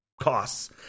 costs